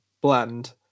blend